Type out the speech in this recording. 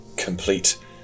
complete